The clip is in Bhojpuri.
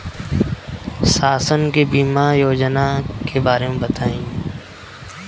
शासन के बीमा योजना के बारे में बताईं?